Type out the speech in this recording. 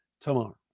tomorrow